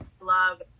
love